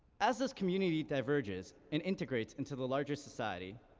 as this community diverges and integrates into the larger society,